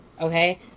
okay